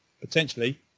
potentially